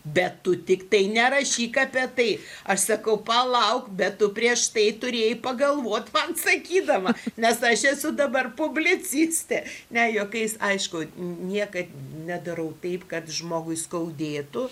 bet tu tiktai nerašyk apie tai aš sakau palauk bet tu prieš tai turėjai pagalvot man sakydama nes aš esu dabar publicistė ne juokais aišku niekad nedarau taip kad žmogui skaudėtų